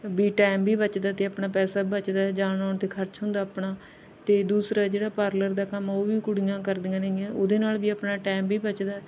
ਵੀ time ਵੀ ਬਚਦਾ ਅਤੇ ਆਪਣਾ ਪੈਸਾ ਬਚਦਾ ਜਾਣ ਆਉਣ 'ਤੇ ਖਰਚ ਹੁੰਦਾ ਆਪਣਾ ਅਤੇ ਦੂਸਰਾ ਜਿਹੜਾ ਪਾਰਲਰ ਦਾ ਕੰਮ ਆਪਣਾ ਉਹ ਵੀ ਕੁੜੀਆਂ ਕਰਦੀਆਂ ਨੇ ਗੀਆਂ ਉਹਦੇ ਨਾਲ ਵੀ ਆਪਣਾ ਟਾਇਮ ਵੀ ਬਚਦਾ